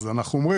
אנחנו,